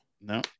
No